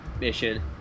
mission